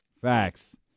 Facts